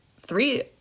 three